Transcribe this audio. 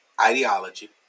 ideology